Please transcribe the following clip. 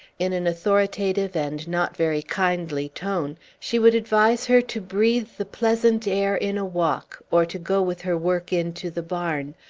in an authoritative and not very kindly tone, she would advise her to breathe the pleasant air in a walk, or to go with her work into the barn,